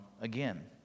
again